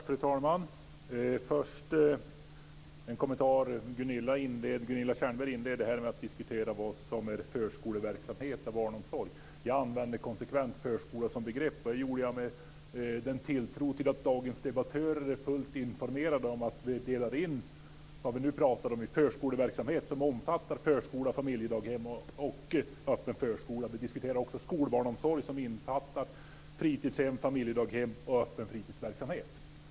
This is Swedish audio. Fru talman! Gunilla Tjernberg inledde med att diskutera vad som är förskoleverksamhet och vad som är barnomsorg. Jag använder konsekvent "förskola" som begrepp, och det gör jag med en tilltro till att dagens debattörer är fullt informerade om att vi har delat in vad vi nu pratar om i förskoleverksamhet, som omfattar förskola, familjedaghem och öppen förskola. Vi diskuterar också skolbarnsomsorg, som innefattar fritidshem, familjedaghem och öppen fritidsverksamhet.